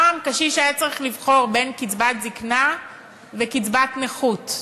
פעם קשיש היה צריך לבחור בין קצבת זיקנה לקצבת נכות,